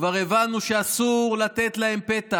כבר הבנו שאסור לתת להם פתח,